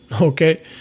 okay